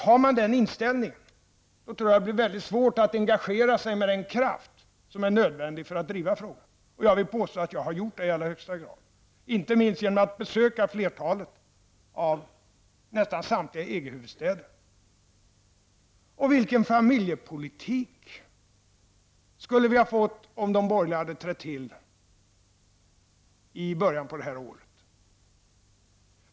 Har man den inställningen tror jag att det blir mycket svårt att engagera sig med den kraft som är nödvändig för att driva frågan -- och jag vill påstå att jag har gjort det i allra högsta grad, inte minst genom att besöka nästan samtliga EG-huvudstäder. Och vilken familjepolitik skulle vi ha fått om de borgerliga hade trätt till i början av det här året?